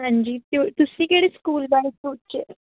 ਹਾਂਜੀ ਤੁਸੀਂ ਕਿਹੜੇ ਸਕੂਲ ਬਾਰੇ ਸੋਚਿਆ